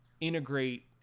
integrate